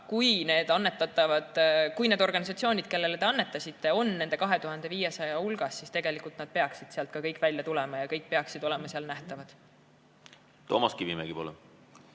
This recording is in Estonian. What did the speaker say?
ei oska. Küll aga, kui need organisatsioonid, kellele te annetasite, on nende 2500 hulgas, siis tegelikult nad peaksid sealt kõik välja tulema ja kõik peaksid olema ka seal nähtavad. No üldiselt